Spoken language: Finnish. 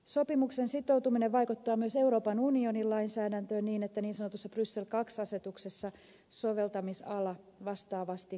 sopimukseen sitoutuminen vaikuttaa myös euroopan unionin lainsäädäntöön niin että niin sanotussa bryssel iia asetuksessa soveltamisala vastaavasti kapenee